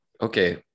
okay